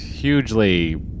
Hugely